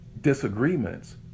disagreements